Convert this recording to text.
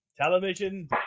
television